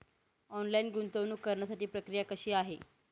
Online गुंतवणूक करण्यासाठी प्रक्रिया कशी आहे?